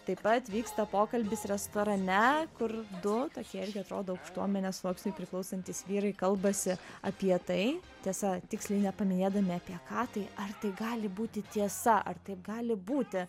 taip pat vyksta pokalbis restorane kur du tokie atrodo aukštuomenės sluoksniui priklausantys vyrai kalbasi apie tai tiesa tiksliai nepaminėdami apie ką tai ar tai gali būti tiesa ar taip gali būti